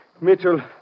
Mitchell